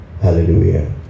hallelujah